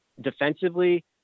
defensively